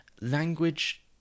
Language